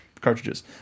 cartridges